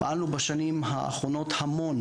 פעלנו בשנים האחרונות המון